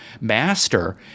master